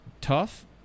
tough